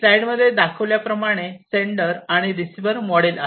स्लाईडमध्ये दाखवल्या प्रमाणे सेंडर आणि रिसिवर मॉडेल आहेत